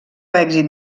èxit